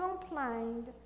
complained